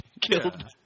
killed